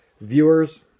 viewers